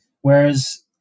whereas